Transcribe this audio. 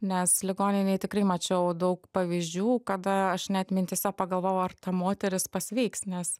nes ligoninėj tikrai mačiau daug pavyzdžių kad aš net mintyse pagalvojau ar ta moteris pasveiks nes